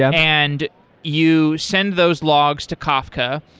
and you send those logs to kafka.